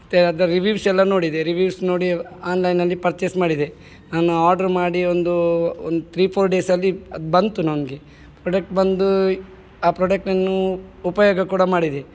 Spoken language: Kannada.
ಮತ್ತೆ ಅದರ ರಿವೀವ್ಸ್ ಎಲ್ಲ ನೋಡಿದೆ ರಿವೀವ್ಸ್ ನೋಡಿ ಆನ್ಲೈನಲ್ಲಿ ಪರ್ಚೆಸ್ ಮಾಡಿದೆ ನಾನು ಆರ್ಡರ್ ಮಾಡಿ ಒಂದು ಒಂದು ಥ್ರೀ ಫೋರ್ ಡೇಸಲ್ಲಿ ಅದು ಬಂತು ನನಗೆ ಪ್ರೊಡಕ್ಟ್ ಬಂದು ಆ ಪ್ರಾಡಕ್ಟನ್ನು ಉಪಯೋಗ ಕೂಡ ಮಾಡಿದೆ